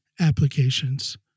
applications